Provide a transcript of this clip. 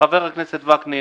חבר הכנסת וקנין,